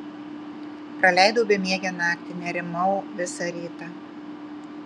praleidau bemiegę naktį nerimau visą rytą